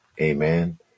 Amen